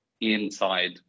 inside